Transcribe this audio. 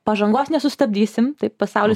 pažangos nesustabdysim taip pasaulis